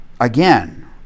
again